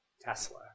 Tesla